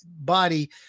body